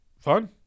Fun